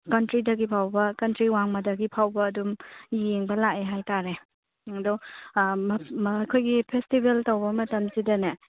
ꯀꯟꯇ꯭ꯔꯤꯗꯒꯤ ꯐꯥꯎꯕ ꯀꯟꯇ꯭ꯔꯤ ꯋꯥꯡꯃꯗꯒꯤ ꯐꯥꯎꯕ ꯑꯗꯨꯝ ꯌꯦꯡꯕ ꯂꯥꯛꯑꯦ ꯍꯥꯏꯇꯔꯦ ꯑꯗꯣ ꯃꯈꯣꯏꯒꯤ ꯐꯦꯁꯇꯤꯕꯦꯜ ꯇꯧꯕ ꯃꯇꯝꯁꯤꯗꯅꯦ